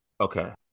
Okay